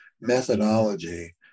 methodology